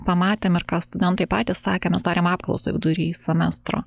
pamatėm ir ką studentai patys sakė mes darėm apklausą vidury semestro